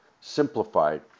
simplified